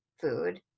food